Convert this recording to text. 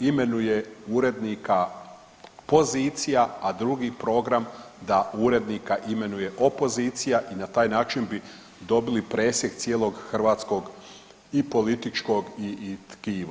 imenuje urednika pozicija, a drugi program da urednika imenuje opozicija i na taj način bi dobili presjek cijelog hrvatskog i političkog tkiva.